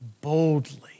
boldly